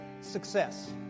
success